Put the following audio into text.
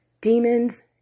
demons